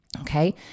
Okay